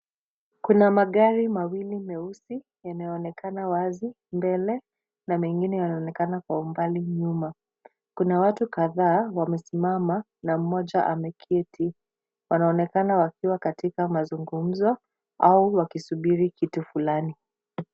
Kuna magari mawili meusi yanayoonekana wazi mbele na mengine yanaonekana kwa umbali nyuma. Kuna watu kadhaa wamesimama na mmoja ameketi. Wanaonekana wakiwa katika mazungumzo au wakisubiri kitu fulani.